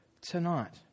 tonight